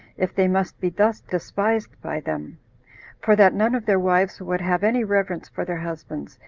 if they must be thus despised by them for that none of their wives would have any reverence for their husbands,